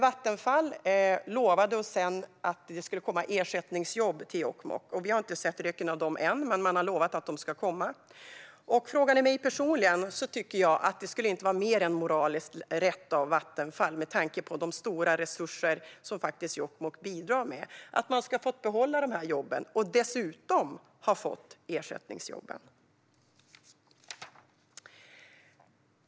Vattenfall lovade sedan att det skulle komma ersättningsjobb till Jokkmokk. Vi har inte sett röken av dem än, men man har lovat att de ska komma. Frågar ni mig personligen tycker jag att det, med tanke på de stora resurser som Jokkmokk faktiskt bidrar med, inte skulle vara mer än moraliskt rätt av Vattenfall att låta kommunen behålla dessa jobb och dessutom få ersättningsjobben.